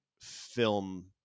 film